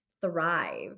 thrive